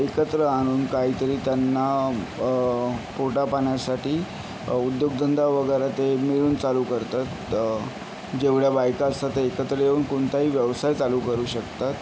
एकत्र आणून काहीतरी त्यांना पोटापाण्यासाठी उद्योगधंदा वगैरे ते मिळून चालू करतात जेवढ्या बायका असतात त्या एकत्र येऊन कोणताही व्यवसाय चालू करू शकतात